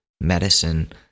medicine